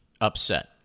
upset